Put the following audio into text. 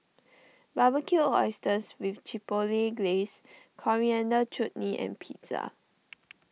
Barbecued Oysters with Chipotle Glaze Coriander Chutney and Pizza